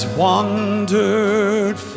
wandered